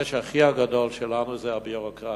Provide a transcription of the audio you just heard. המוקש הגדול ביותר שלנו הוא הביורוקרטיה.